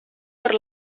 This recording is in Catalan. per